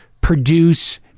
produce